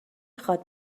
خواد